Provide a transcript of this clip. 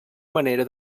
manera